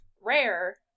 rare